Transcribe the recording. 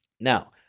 Now